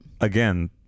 again